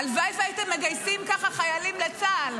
הלוואי והייתם מגייסים ככה חיילים לצה"ל,